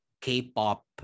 K-pop